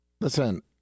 Listen